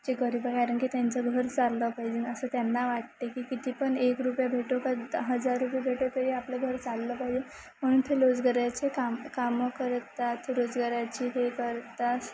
जे गरिब आहे कारण की त्यांचं घर चाललं पाहिजे असं त्यांना वाटते की किती पण एक रुपये भेटो का हजार रुपये भेटो ते आपलं घर चाललं पाहिजे म्हणून ते रोजगाराचे काम कामं करतात ते रोजगाराची हे करतात